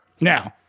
Now